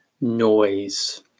noise